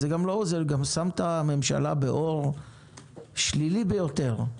זה גם שם את הממשלה באור שלילי ביותר.